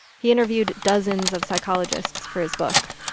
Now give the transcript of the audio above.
he interviewed dozens of psychologists for his book.